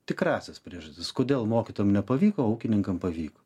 tikrąsias priežastis kodėl mokytojam nepavyko o ūkininkam pavyko